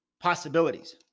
possibilities